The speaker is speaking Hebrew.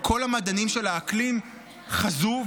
כל מדעני האקלים חזו,